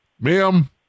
ma'am